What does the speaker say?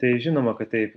tai žinoma kad taip